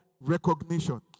recognition